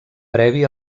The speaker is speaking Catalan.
previ